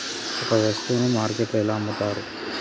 ఒక వస్తువును మార్కెట్లో ఎలా అమ్ముతరు?